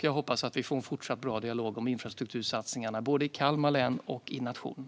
Jag hoppas att vi får en fortsatt bra dialog om infrastruktursatsningarna både i Kalmar län och i nationen.